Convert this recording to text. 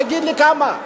תגיד לי כמה.